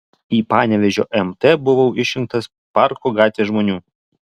į panevėžio mt buvau išrinktas parko gatvės žmonių